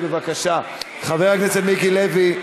חבר הכנסת מיקי לוי,